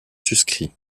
suscrit